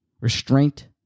restraint